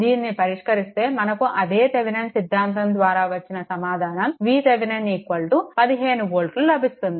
దీనిని పరిష్కరిస్తే మనకు అదే థెవెనిన్ సిద్ధాంతం ద్వారా వచ్చిన సమాధానం VThevenin 15 వోల్ట్లు లభిస్తుంది